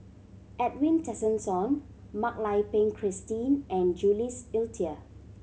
Edwin Tessensohn Mak Lai Peng Christine and Jules Itier